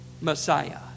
Messiah